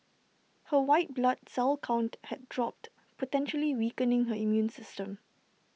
her white blood cell count had dropped potentially weakening her immune system